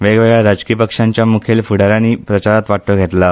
वेगवेगळ्या राजकी पक्षांच्या मुखेल फुडा यानी प्रचारांत वांटो घेतला